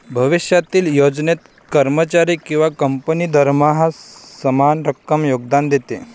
भविष्यातील योजनेत, कर्मचारी किंवा कंपनी दरमहा समान रक्कम योगदान देते